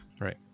Right